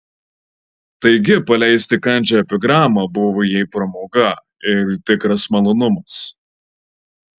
taigi paleisti kandžią epigramą buvo jai pramoga ir tikras malonumas